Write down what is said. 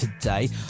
today